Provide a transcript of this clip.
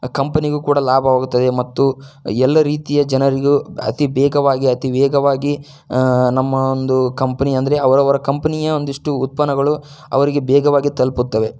ಕಂಪನಿಗೂ ಕೂಡ ಲಾಭವಾಗುತ್ತದೆ ಮತ್ತು ಎಲ್ಲ ರೀತಿಯ ಜನರಿಗೂ ಅತಿ ವೇಗವಾಗಿ ಅತಿ ವೇಗವಾಗಿ ನಮ್ಮ ಒಂದು ಕಂಪನಿ ಅಂದ್ರೆ ಅವರವರ ಕಂಪನಿಯ ಒಂದಿಷ್ಟು ಉತ್ಪನಗಳು ಅವರಿಗೆ ವೇಗವಾಗಿ ತಲುಪುತ್ತವೆ